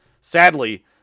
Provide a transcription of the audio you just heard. sadly